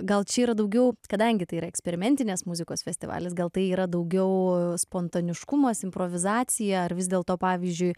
gal čia yra daugiau kadangi tai yra eksperimentinės muzikos festivalis gal tai yra daugiau spontaniškumas improvizacija ar vis dėlto pavyzdžiui